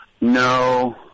no